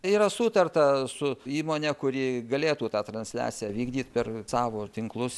yra sutarta su įmone kuri galėtų tą transliaciją vykdyt per savo tinklus